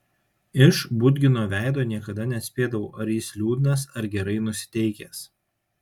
iš budgino veido niekada neatspėdavau ar jis liūdnas ar gerai nusiteikęs